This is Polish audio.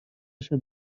się